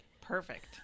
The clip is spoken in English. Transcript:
Perfect